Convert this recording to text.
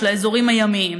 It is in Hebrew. של האזורים הימיים,